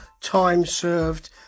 time-served